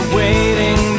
waiting